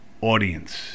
audience